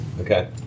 Okay